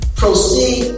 proceed